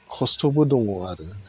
खस्थ'बो दङ आरो